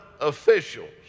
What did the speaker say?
officials